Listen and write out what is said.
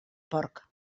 porc